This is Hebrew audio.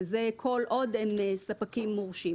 וזה כל עוד הם ספקים מורשים.